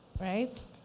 Right